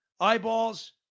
Eyeballs